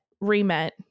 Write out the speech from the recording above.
re-met